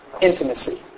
intimacy